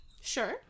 Sure